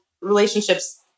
relationships